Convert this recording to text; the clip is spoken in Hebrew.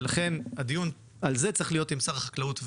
ולכן הדיון על זה צריך להיות עם שר החקלאות,